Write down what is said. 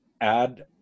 Add